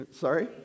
Sorry